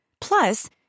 Plus